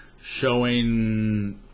showing